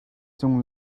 cung